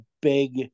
big